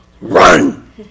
run